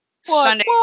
Sunday